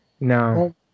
No